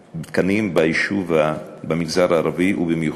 תקנים במגזר הערבי, ובמיוחד